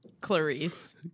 Clarice